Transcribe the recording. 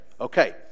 Okay